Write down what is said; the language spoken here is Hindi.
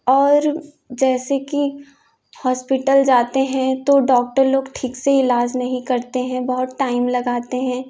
और जैसे कि हॉस्पिटल जाते हैं तो डॉक्टर लोग ठीक से इलाज नहीं करते हैं बहुत टाइम लगाते हैं